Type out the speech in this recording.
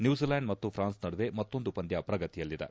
New Zealand ಮತ್ತು France ನಡುವೆ ಮತ್ತೊಂದು ಪಂದ್ಯ ಪ್ರಗತಿಯಲ್ಲಿದೆ